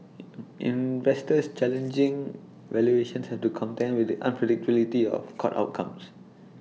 investors challenging valuations have to contend with the unpredictability of court outcomes